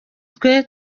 twe